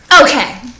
okay